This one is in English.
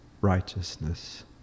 righteousness